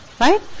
right